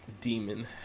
demon